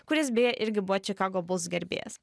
kuris beje irgi buvo chicago bulls gerbėjas